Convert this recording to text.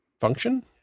function